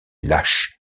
lâche